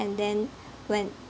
and then when